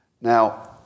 Now